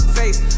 face